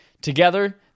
Together